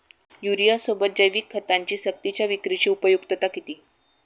युरियासोबत जैविक खतांची सक्तीच्या विक्रीची उपयुक्तता किती?